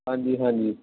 ਹਾਂਜੀ ਹਾਂਜੀ